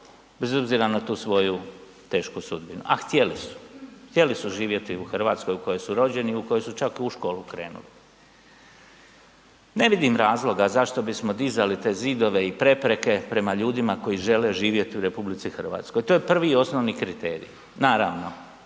bez obzira na tu svoju tešku sudbinu, a htjeli su, htjeli su živjeti u Hrvatskoj u kojoj su rođeni i u kojoj su čak i u školu krenuli. Ne vidim razloga zašto bismo dizali te zidove i prepreke prema ljudima koji žele živjeti u RH, to je prvi i osnovni kriterij. Naravno